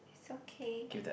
is okay